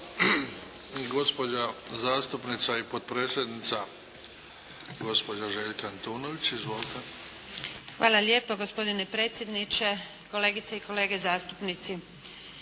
I gospođa zastupnica i potpredsjednica, gospođa Željka Antunović. Izvolite. **Antunović, Željka (SDP)** Hvala lijepa gospodine predsjedniče, kolegice i kolege zastupnici.